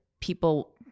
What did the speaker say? people